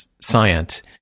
science